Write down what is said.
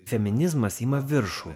feminizmas ima viršų